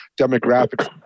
demographic